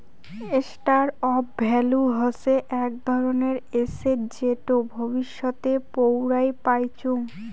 store of value হসে আক ধরণের এসেট যেটো ভবিষ্যতে পৌরাই পাইচুঙ